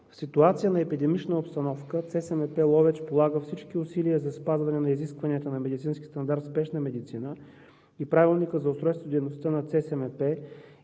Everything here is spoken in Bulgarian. В ситуация на епидемична обстановка ЦСМП – Ловеч, полага всички усилия за спазване на изискванията на медицински стандарт в спешна медицина и Правилника за устройството и